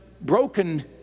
broken